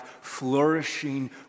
flourishing